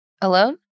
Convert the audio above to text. alone